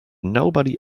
nobody